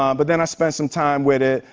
um but then i spent some time with it,